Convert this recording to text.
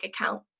account